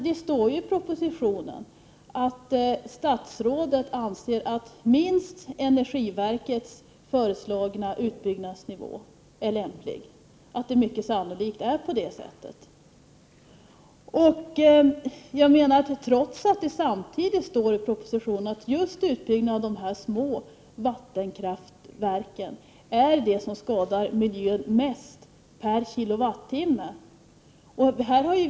Det står ju i propositionen att statsrådet anser att det sannolikt är på det sättet att minst energiverkets föreslagna utbyggnadsnivå är lämplig, trots att det samtidigt står i propositionen att just utbyggnaden av dessa små vattenkraftverk är det som per kilowattimme skadar miljön mest.